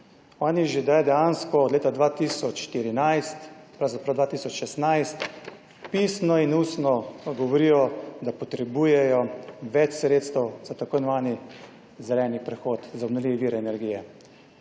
Oni že dejansko od leta 2014 pravzaprav 2016 pisno in ustno govorijo, da potrebujejo več sredstev za tako imenovani zeleni prehod, za obnovljive vire energije.